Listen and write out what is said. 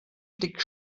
blick